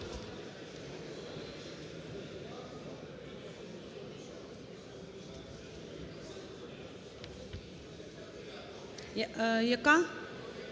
Яка?